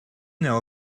know